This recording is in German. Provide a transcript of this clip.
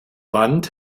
wand